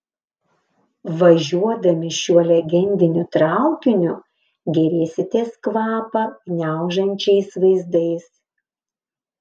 važiuodami šiuo legendiniu traukiniu gėrėsitės kvapą gniaužiančiais vaizdais